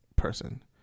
Person